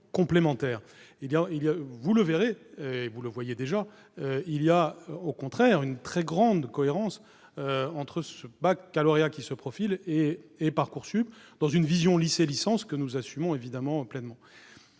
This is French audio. Vous verrez, si vous ne le voyez déjà, qu'il existe une très grande cohérence entre le baccalauréat qui se profile et Parcoursup, dans une vision « lycée-licence » que nous assumons bien sûr pleinement.